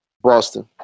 Boston